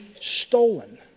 stolen